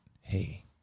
hey